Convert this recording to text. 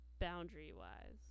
boundary-wise